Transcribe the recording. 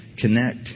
Connect